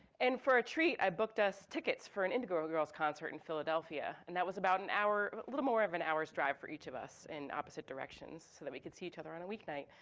and for a treat, i booked us tickets for an indigo ah girls concert in philadelphia. and that was about an hour, little more of an hour's drive for each of us in opposite directions, so that we could see each other on a weeknight.